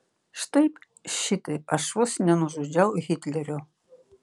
štai šitaip aš vos nenužudžiau hitlerio